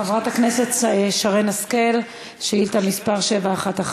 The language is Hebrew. חברת הכנסת שרן השכל, שאילתה 711: